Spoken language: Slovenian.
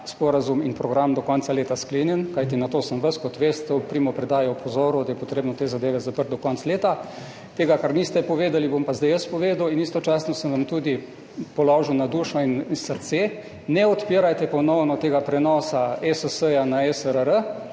sporazum in program do konca leta sklenjen, kajti na to sem vas, kot veste, ob primopredaji opozoril – da je potrebno te zadeve zapreti do konca leta. To, česar niste povedali, bom pa zdaj jaz povedal, in istočasno sem vam tudi položil na dušo in srce. Ne odpirajte ponovno tega prenosa ESS na ESRR,